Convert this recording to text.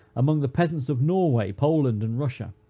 among the peasants of norway, poland, and russia